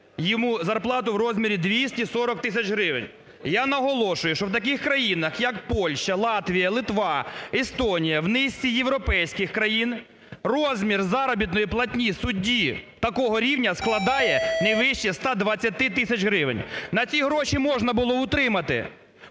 йому зарплату в розмірі 240 тисяч гривень. Я наголошую, що в таких країнах, як Польща, Латвія, Литва, Естонія, в низці Європейських країн розмір заробітної платні судді такого рівня складає не вище 120 тисяч гривень. На ці гроші можна було утримати